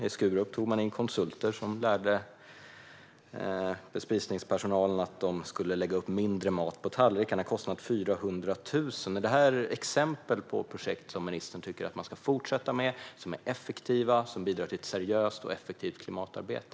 I Skurup tog man in konsulter som lärde bespisningspersonalen att den skulle lägga upp mindre mat på tallrikarna. Kostnaden för detta var 400 000. Är det här exempel på projekt som ministern tycker att man ska fortsätta med? Är de effektiva? Bidrar de till ett seriöst och effektivt klimatarbete?